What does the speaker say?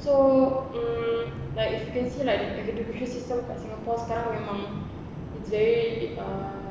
so um like if you can see like the education system kat singapore sekarang memang very uh